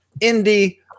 indy